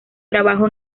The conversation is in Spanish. trabajo